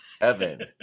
Evan